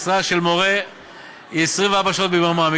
משרה של מורה היא 24 שעות ביממה.